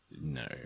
No